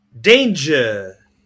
danger